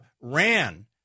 ran